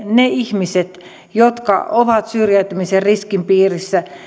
ne ihmiset jotka ovat syrjäytymisen riskin piirissä